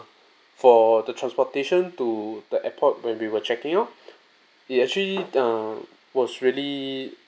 for the transportation to the airport when we were checking out it actually err was really